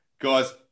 guys